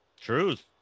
Truth